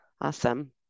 Awesome